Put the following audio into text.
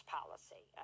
policy